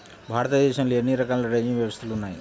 భారతదేశంలో ఎన్ని రకాల డ్రైనేజ్ వ్యవస్థలు ఉన్నాయి?